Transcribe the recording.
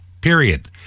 Period